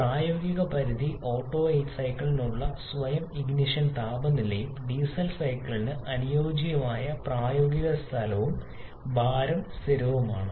പ്രായോഗിക പരിധി ഓട്ടോ സൈക്കിളിനുള്ള സ്വയം ഇഗ്നിഷൻ താപനിലയും ഡീസൽ സൈക്കിളിന് അനുയോജ്യമായ പ്രായോഗിക സ്ഥലവും ഭാരം സ്ഥിരവുമാണ്